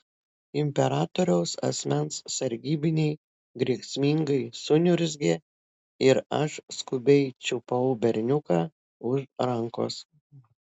imperatoriaus asmens sargybiniai grėsmingai suniurzgė ir aš skubiai čiupau berniuką už rankos